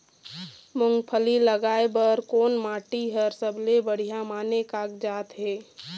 मूंगफली लगाय बर कोन माटी हर सबले बढ़िया माने कागजात हे?